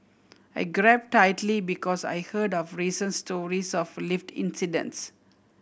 I grab tightly because I heard of recent stories of lift incidents